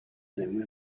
them